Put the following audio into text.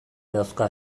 dauzka